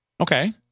Okay